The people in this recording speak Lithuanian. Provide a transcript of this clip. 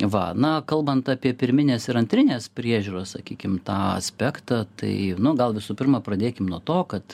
va na kalbant apie pirminės ir antrinės priežiūros sakykim tą aspektą tai nu gal visų pirma pradėkim nuo to kad